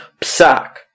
psak